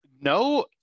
No